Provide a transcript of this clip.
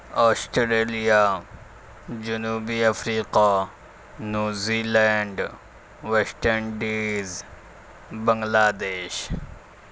Australia جنوبی افریقہ New Zealand West Indies بنگلہ دیش